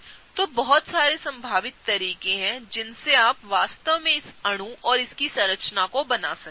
तो बहुत सारे संभावित तरीके हैं जिनसे आप वास्तव में इस विशेषअणुऔर इसकी संरचना कोबना सकते हैं